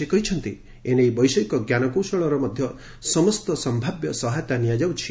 ସେ କହିଛନ୍ତି ଏ ନେଇ ବୈଷୟିକ ଞ୍ଜାନକୌଶଳର ମଧ୍ୟ ସମସ୍ତ ସମ୍ଭାବ୍ୟ ସହାୟତା ନିଆଯାଉଛି